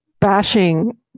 bashing